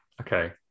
okay